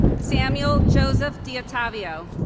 samuel joseph diottavio